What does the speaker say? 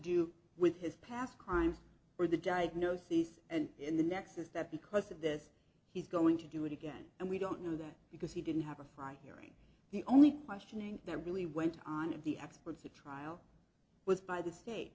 do with his past crimes or the diagnoses and in the next is that because of this he's going to do it again and we don't know that because he didn't have a five hearing the only questioning that really went on of the experts the trial was by the state